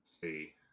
see